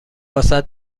واست